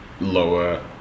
lower